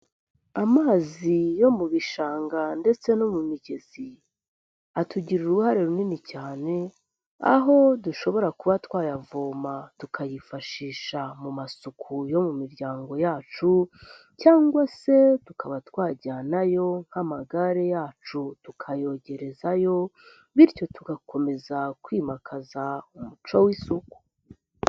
Amazi yo mu bishanga ndetse no mu migezi atugirira uruhare runini cyane, aho dushobora kuba twayavoma, tukayifashisha mu masuku yo mu miryango yacu cyangwa se tukaba twajyanayo nk'amagare yacu tukayogerezayo, bityo tugakomeza kwimakaza umuco w'isuku.